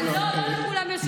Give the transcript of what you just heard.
לא לכולם יש את המסוגלות.